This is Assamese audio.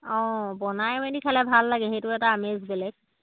অঁ বনাই মেলি খালে ভাল লাগে সেইটো এটা আমেজ বেলেগ